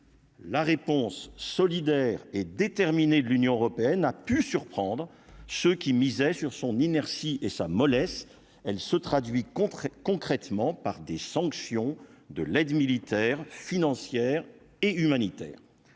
La réponse solidaire et déterminée de l'Union européenne a pu surprendre ceux qui misaient sur son inertie et sa mollesse, elle se traduit concrètement par des sanctions de l'aide militaire et financière et humanitaire